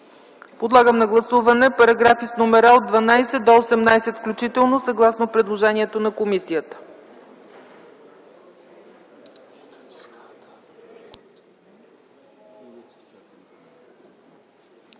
Подлагам на гласуване параграфи 12-18 включително, съгласно предложението на комисията.